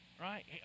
Right